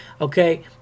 okay